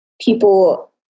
people